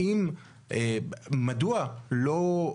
מדוע לא,